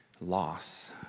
loss